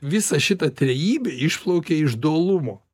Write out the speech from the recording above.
visa šita trejybė išplaukia iš dualumo